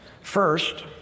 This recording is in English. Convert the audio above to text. First